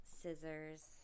scissors